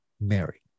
Mary